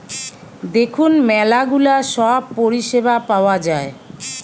দেখুন ম্যালা গুলা সব পরিষেবা পাওয়া যায়